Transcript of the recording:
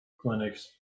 clinics